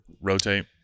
rotate